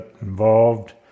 involved